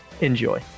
enjoy